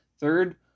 Third